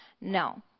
No